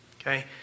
Okay